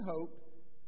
hope